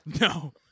No